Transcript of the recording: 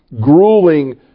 grueling